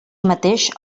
mateix